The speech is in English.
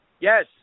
Yes